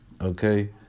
Okay